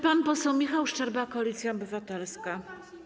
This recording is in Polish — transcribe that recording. Pan poseł Michał Szczerba, Koalicja Obywatelska.